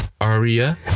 Aria